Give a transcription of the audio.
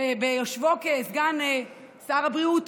שביושבו כסגן שר הבריאות